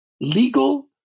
legal